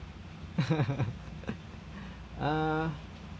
ah